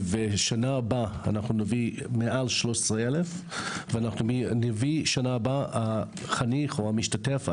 שנה הבאה נביא מעל 13,000. שנה הבאה החניך או המשתתף,